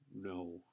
no